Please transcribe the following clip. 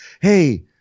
Hey